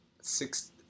six